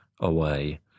away